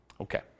Okay